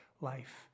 life